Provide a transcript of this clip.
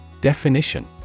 Definition